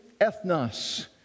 ethnos